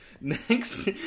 next